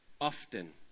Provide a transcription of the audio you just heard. often